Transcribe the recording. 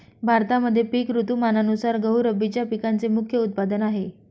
भारतामध्ये पिक ऋतुमानानुसार गहू रब्बीच्या पिकांचे मुख्य उत्पादन आहे